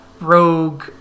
rogue